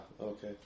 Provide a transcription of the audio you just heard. okay